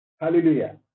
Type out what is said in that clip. Hallelujah